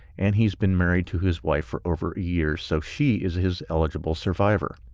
and he's been married to his wife for over a year so she is his eligible survivor.